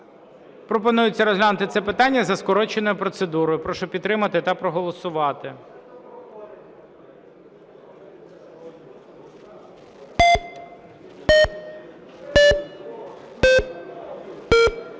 Пропонується розглянути це питання за скороченою процедурою. Прошу підтримати та проголосувати.